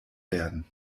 werden